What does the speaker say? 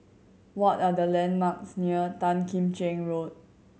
what are the landmarks near Tan Kim Cheng Road